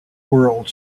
world